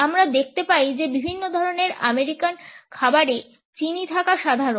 আমরা দেখতে পাই যে বিভিন্ন ধরণের আমেরিকান খাবারে চিনি থাকা সাধারণ